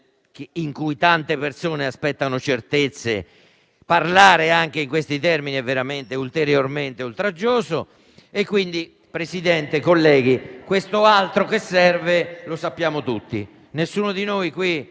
in cui tante persone aspettano certezze, parlare in questi termini è veramente oltraggioso. Signor Presidente, colleghi, questo altro che serve lo sappiamo tutti. Nessuno di noi